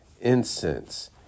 incense